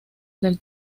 del